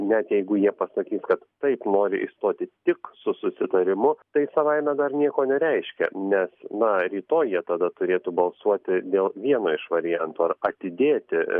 net jeigu jie pasakys kad taip nori išstoti tik su susitarimu tai savaime dar nieko nereiškia nes na rytoj jie tada turėtų balsuoti dėl vieno iš variantų ar atidėti